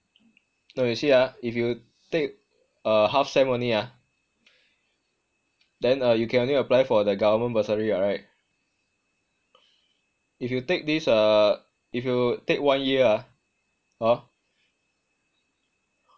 no you see ah if you take a half sem only ah then uh you can only apply for the government bursary what right if you take this if you take one year ah hor